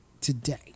today